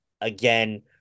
again